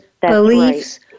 beliefs